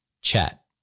chat